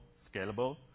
scalable